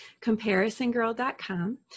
ComparisonGirl.com